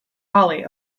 hawley